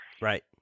Right